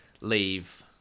leave